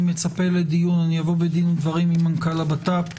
אני אבוא בדין ודברים עם מנכ"ל הבט"פ,